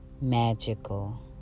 magical